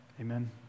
Amen